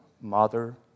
Mother